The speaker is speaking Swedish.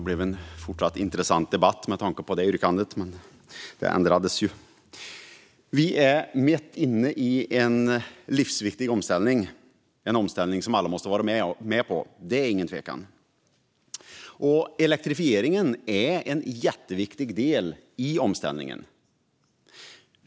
Herr talman! Vi är mitt inne i en livsviktig omställning, en omställning som alla måste vara med på - det är det ingen tvekan om. Elektrifieringen är en jätteviktig del i omställningen.